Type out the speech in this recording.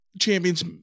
Champions